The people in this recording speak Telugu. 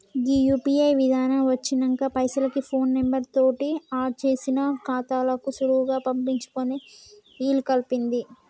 గీ యూ.పీ.ఐ విధానం వచ్చినంక పైసలకి ఫోన్ నెంబర్ తోటి ఆడ్ చేసిన ఖాతాలకు సులువుగా పంపించుకునే ఇలుకల్పింది